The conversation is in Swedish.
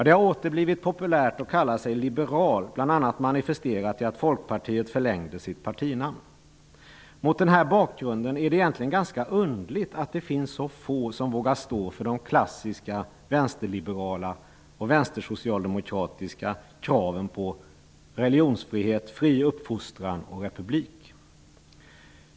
Det har åter blivit populärt att kalla sig liberal. Det manifesterades bl.a. av att Folkpartiet förlängde sitt partinamn. Mot denna bakgrund är det egentligen ganska underligt att det finns så få som vågar stå för de klassiska vänsterliberala och vänstersocialdemokratiska kraven på religionsfrihet, fri uppfostran och republik.